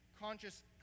conscious